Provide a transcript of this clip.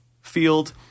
field